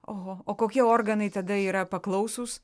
oho o kokie organai tada yra paklausūs